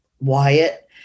Wyatt